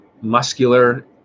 muscular